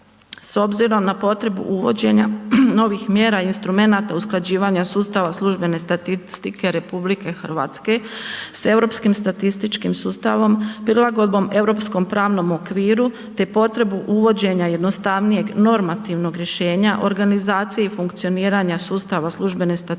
S obzirom na potrebu uvođenja novih mjera i instrumenata usklađivanja sustava službene statistike RH s europskim statističkim sustavom, prilagodbom europskom pravnom okviru te potrebu uvođenja jednostavnijeg normativnog rješenja, organizacije i funkcioniranja sustava službene statistike